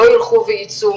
לא יילכו וייצאו